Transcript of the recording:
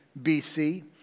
BC